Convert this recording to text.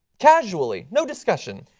casually, no discussion.